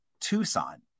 Tucson